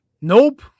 Nope